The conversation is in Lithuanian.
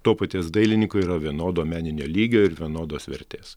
to paties dailininko yra vienodo meninio lygio ir vienodos vertės